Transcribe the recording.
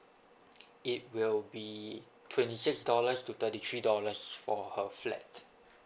it will be twenty six dollars to thirty three dollars for her flat